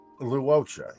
Luocha